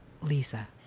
Lisa